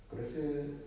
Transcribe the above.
aku rasa